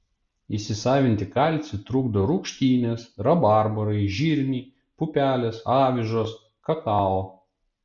įsisavinti kalcį trukdo rūgštynės rabarbarai žirniai pupelės avižos kakao